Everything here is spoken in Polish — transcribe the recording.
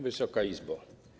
Wysoka Izbo!